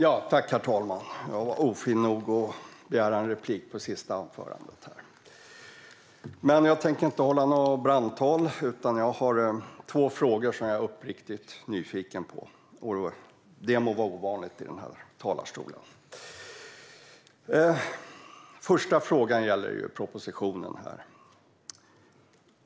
Herr talman! Jag var ofin nog att begära en replik på det sista anförandet, men jag tänkte inte hålla något brandtal. Jag har två frågor som jag är uppriktigt nyfiken på. Det må vara ovanligt i den här talarstolen. Första frågan gäller propositionen.